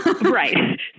Right